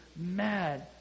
mad